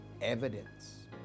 evidence